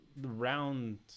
round